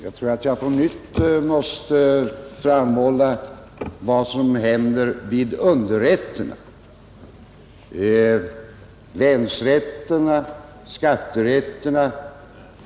Herr talman! Jag finner det angeläget att på nytt framhålla vad som händer beträffande underrättsorganisationen.